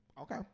Okay